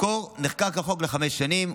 במקור נחקק החוק לחמש שנים,